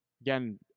Again